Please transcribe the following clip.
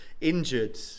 injured